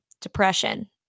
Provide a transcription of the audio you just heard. depression